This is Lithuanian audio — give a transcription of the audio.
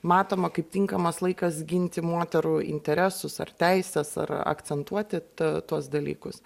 matoma kaip tinkamas laikas ginti moterų interesus ar teises ar akcentuoti t tuos dalykus